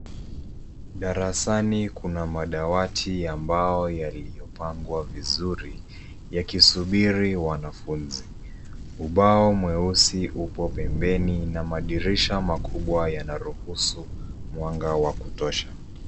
Darasani kuna madawati ya mbao yaliyopangwa vizuri yakisubiri wanafunzi. Ubao mweusi upo pembeni na madirisha makubwa yanaruhusu mwanga wa kutosha.